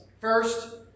First